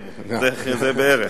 בערך.